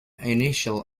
initial